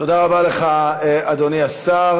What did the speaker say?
תודה רבה לך, אדוני השר.